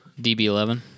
DB11